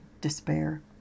despair